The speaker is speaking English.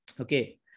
Okay